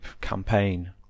campaign